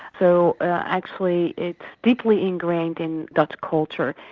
so actually it's deeply ingrained in dutch culture,